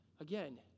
Again